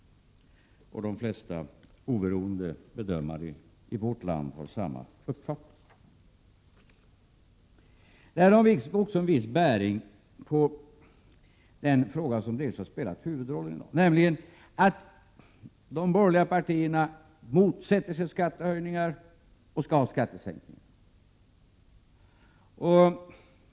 Och de flesta oberoende bedömare i vårt land har samma uppfattning. Detta har också en viss bäring på den fråga som delvis har spelat huvudrollen i dag. De borgerliga partierna motsätter sig skattehöjningar och vill ha skattesänkningar.